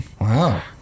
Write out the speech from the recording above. Wow